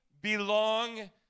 belong